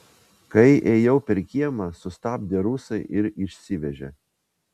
kai ėjau per kiemą sustabdė rusai ir išsivežė